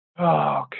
Okay